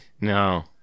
No